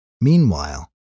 Meanwhile